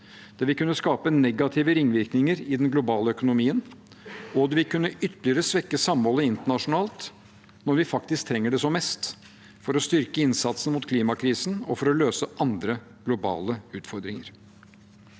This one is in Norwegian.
Det vil kunne skape negative ringvirkninger i den globale økonomien, og det vil kunne ytterligere svekke samholdet internasjonalt når vi faktisk trenger det som mest, for å styrke innsatsen mot klimakrisen og for å løse andre globale utfordringer.